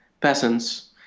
peasants